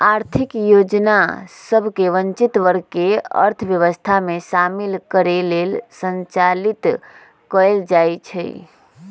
आर्थिक योजना सभ वंचित वर्ग के अर्थव्यवस्था में शामिल करे लेल संचालित कएल जाइ छइ